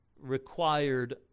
required